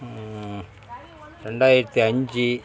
ரெண்டாயிரத்தி அஞ்சு